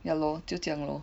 ya lor 就这样 lor